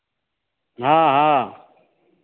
हाँ हाँ